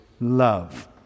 love